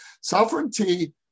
Sovereignty